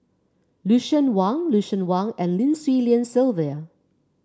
Lucien Wang Lucien Wang and Lim Swee Lian Sylvia